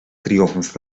triomf